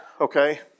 okay